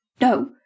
no